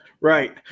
right